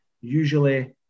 usually